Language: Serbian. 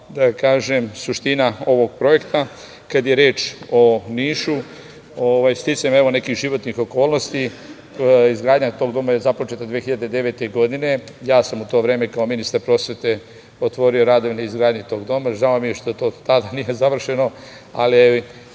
razumela suština ovog projekta. Kada je reč o Nišu, sticajem nekih životnih okolnosti izgradnja tog doma je započeta 2009. godine. Ja sam u to vreme kao ministar prosvete otvorio radove na izgradnji tog doma. Žao mi je što od tad nije završeno, ali je